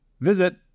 visit